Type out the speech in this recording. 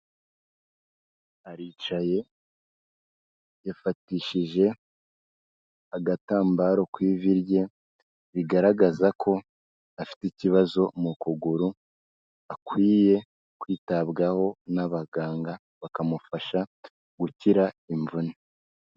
Aricaye yifatishije agatambaro ku ivi rye bigaragaza ko afite ikibazo mu kuguru akwiye kwitabwaho n'abaganga bakamufasha gukira imvune.